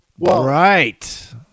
Right